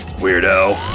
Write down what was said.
weirdo!